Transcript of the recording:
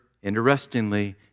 Interestingly